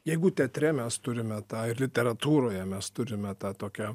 jeigu teatre mes turime tą ir literatūroje mes turime tą tokią